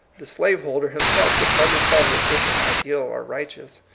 the slaveholder himself could hardly call his system ideal or righteous.